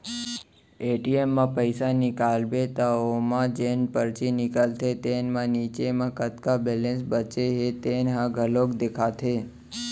ATM म पइसा निकालबे त ओमा जेन परची निकलथे तेन म नीचे म कतका बेलेंस बाचे हे तेन ह घलोक देखाथे